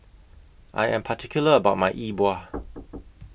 I Am particular about My E Bua